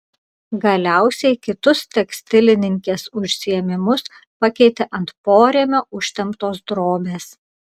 galiausiai kitus tekstilininkės užsiėmimus pakeitė ant porėmio užtemptos drobės